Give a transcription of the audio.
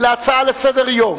להצעה לסדר-יום.